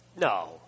No